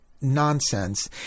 nonsense